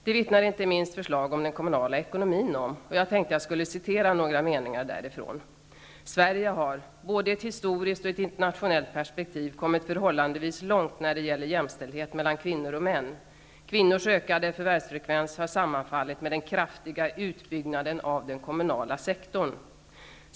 Det vittnar inte minst förslag om den kommunala ekonomin om. Jag tänker läsa upp några meningar därifrån. Sverige har, både i ett historiskt och i ett internationellt perspektiv, kommit förhållandevis långt när det gäller jämställdhet mellan kvinnor och män. Kvinnors ökade förvärvsfrekvens har sammanfallit med den kraftiga utbyggnaden av den kommunala sektorn.